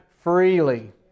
freely